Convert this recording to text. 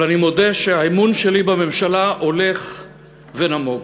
אבל אני מודה שהאמון שלי בממשלה הולך ונמוג.